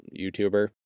youtuber